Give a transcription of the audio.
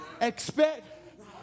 expect